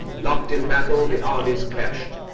locked in battle, the armies clashed.